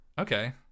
Okay